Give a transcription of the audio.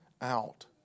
out